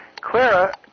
Clara